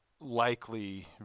Likely